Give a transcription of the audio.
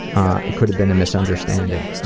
ah it could have been a misunderstanding. oh,